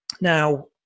Now